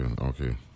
Okay